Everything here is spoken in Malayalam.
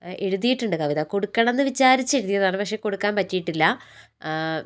എഴുതിയിട്ടുണ്ട് കവിത കൊടുക്കണം എന്ന് വിചാരിച്ചെഴുതിയതാണ് പക്ഷേ കൊടുക്കാന് പറ്റിയിട്ടില്ല